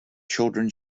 children